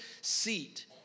seat